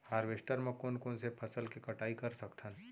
Harvester म कोन कोन से फसल के कटाई कर सकथन?